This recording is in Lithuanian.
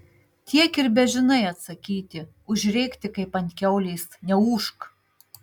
tiek ir bežinai atsakyti užrėkti kaip ant kiaulės neūžk